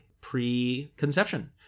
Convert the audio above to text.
Pre-conception